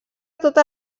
totes